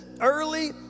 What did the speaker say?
Early